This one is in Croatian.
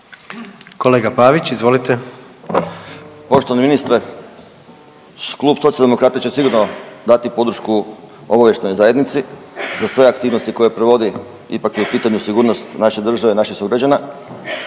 (Socijaldemokrati)** Poštovani ministre. Klub Socijaldemokrati će sigurno dati podršku obavještajnoj zajednici za sve aktivnosti koje provodi, ipak je u pitanju sigurnost naše države, naših sugrađana.